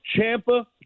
Champa